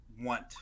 want